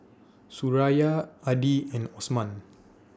Suraya Adi and Osman